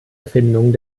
erfindung